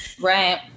right